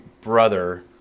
brother